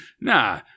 Nah